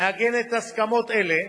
מעגנת הסכמות אלה,